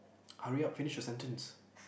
hurry up finish your sentence